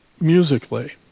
musically